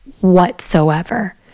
whatsoever